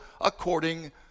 according